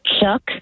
Chuck